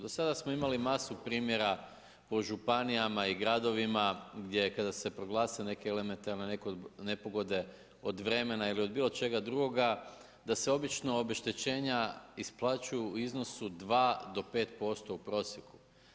Do sada smo imali masu primjera, po županijama i gradovima gdje kada se je proglasila neke elementarne nepogode, od vremena ili bilo čega drugoga, da se obično obeštećenja isplaćuju u iznosu 2-5% u prosjeku.